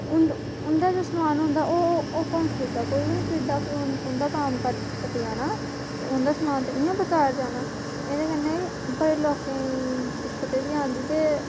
हून उंदा उंदा जो समान होंदा ओह् ओह् कौन खरीदग कोई बी नी खरीदग उं'दा कम्म घट घटी जाना ते उं'दा समान ते इयां बेकार जाना ते एह्दे कन्नै बड़े लोकें गी दिक्कतां बी आंदियां ते